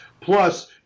Plus